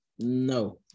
No